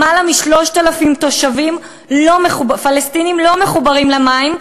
למעלה מ-3,000 תושבים פלסטינים לא מחוברים למים,